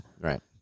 Right